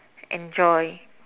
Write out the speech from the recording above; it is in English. enjoy